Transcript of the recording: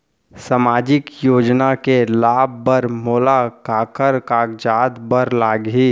सामाजिक योजना के लाभ बर मोला काखर कागजात बर लागही?